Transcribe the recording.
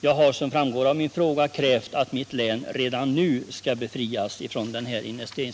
Jag har, som framgår av min fråga, krävt att mitt län redan nu skall befrias från den.